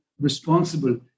responsible